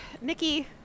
Nikki